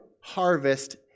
harvest